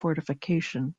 fortification